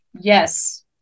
Yes